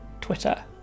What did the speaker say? Twitter